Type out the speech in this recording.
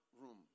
room